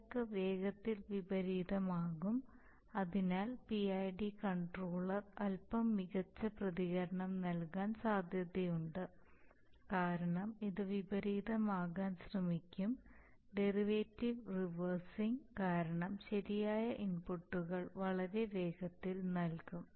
നിരക്ക് വേഗത്തിൽ വിപരീതമാക്കും അതിനാൽ പിഐഡി കൺട്രോളർ അൽപം മികച്ച പ്രതികരണം നൽകാൻ സാധ്യതയുണ്ട് കാരണം ഇത് വിപരീതമാക്കാൻ ശ്രമിക്കും ഡെറിവേറ്റീവ് റിവേർസിംഗ് കാരണം ശരിയായ ഇൻപുട്ടുകൾ വളരെ വേഗത്തിൽ നൽകും